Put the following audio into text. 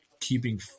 keeping